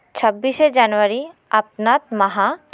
ᱪᱷᱟᱵᱽᱵᱤᱥᱮ ᱡᱟᱱᱩᱣᱟᱨᱤ ᱟᱯᱱᱟᱛ ᱢᱟᱦᱟ